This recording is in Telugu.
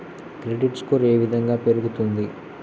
క్రెడిట్ స్కోర్ ఏ విధంగా పెరుగుతుంది?